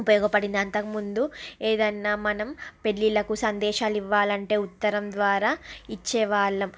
ఉపయోగపడింది అంతకుముందు ఏదైనా మనం పెళ్ళిళ్ళకు సందేశాలు ఇవ్వాలి అంటే ఉత్తరం ద్వారా ఇచ్చేవాళ్ళం